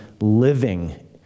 living